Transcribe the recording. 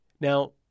Now